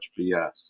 BS